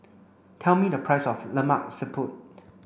tell me the price of Lemak Siput